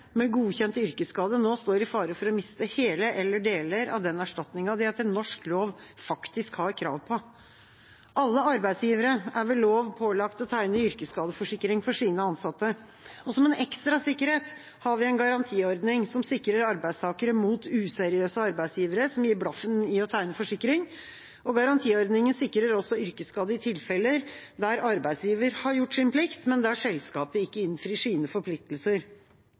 med godkjent yrkesskade nå står i fare for å miste hele eller deler av den erstatningen de etter norsk lov faktisk har krav på. Alle arbeidsgivere er ved lov pålagt å tegne yrkesskadeforsikring for sine ansatte. Som en ekstra sikkerhet har vi en garantiordning som sikrer arbeidstakere mot useriøse arbeidsgivere som gir blaffen i å tegne forsikring. Garantiordningen sikrer også yrkesskadde i tilfeller der arbeidsgiver har gjort sin plikt, men der selskapet ikke innfrir sine forpliktelser.